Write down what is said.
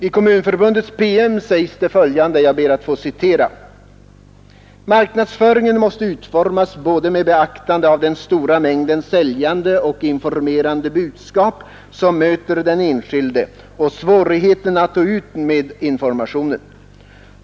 I Kommunförbundets PM sägs följande: ”Marknadsföringen måste utformas både med beaktande av den stora mängden säljande och informerande budskap som möter den enskilde och svårigheten att nå ut med informationer.